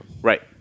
Right